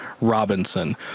Robinson